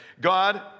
God